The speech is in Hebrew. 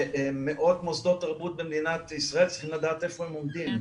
מאות מוסדות תרבות במדינת ישראל צריכים לדעת איפה הם עומדים.